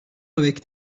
avec